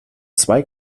zwei